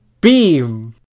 beam